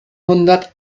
hundert